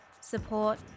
support